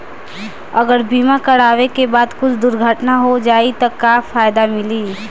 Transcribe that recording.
अगर बीमा करावे के बाद कुछ दुर्घटना हो जाई त का फायदा मिली?